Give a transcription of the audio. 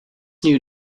new